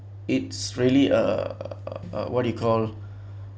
it's really uh uh what do you call